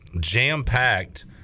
jam-packed